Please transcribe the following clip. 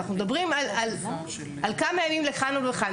אנחנו מדברים על כמה ימים לכאן או לכאן.